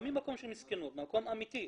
לא ממקום של מסכנות, מקום אמיתי.